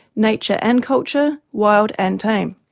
nature and culture, wild and tame.